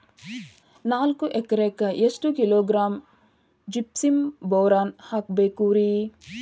ನಾಲ್ಕು ಎಕರೆಕ್ಕ ಎಷ್ಟು ಕಿಲೋಗ್ರಾಂ ಜಿಪ್ಸಮ್ ಬೋರಾನ್ ಹಾಕಬೇಕು ರಿ?